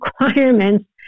requirements